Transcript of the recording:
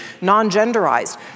non-genderized